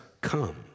Come